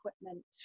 equipment